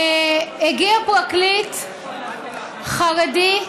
הגיע פרקליט חרדי,